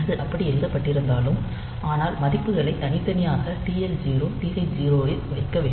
அது அப்படி எழுதப்பட்டிருந்தாலும் ஆனால் மதிப்புகளை தனித்தனியாக TL0 TH0 இல் வைக்க வேண்டும்